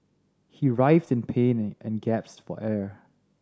he writhed in pain and gasped for air